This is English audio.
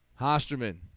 Hosterman